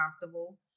comfortable